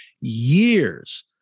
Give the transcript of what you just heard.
years